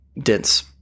dense